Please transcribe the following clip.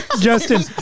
Justin